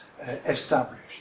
established